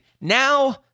now